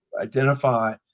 identify